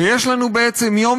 ויש לנו בעצם יום